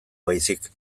baizik